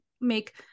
make